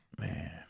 Man